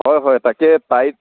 হয় হয় তাকে টাইড